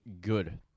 Good